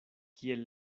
kiel